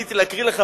רציתי להקריא לכם,